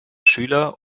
schüler